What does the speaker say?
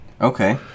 Okay